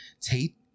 Tate